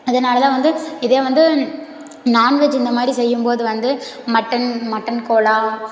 அதனால தான் வந்து இதே வந்து நான்வெஜ் இந்த மாதிரி செய்யும் போது வந்து மட்டன் மட்டன் கோலா